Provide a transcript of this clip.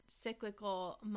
cyclical